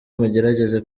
mugerageze